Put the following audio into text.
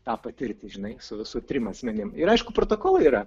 tą patirti žinai su visu trim asmenim ir aišku protokolai yra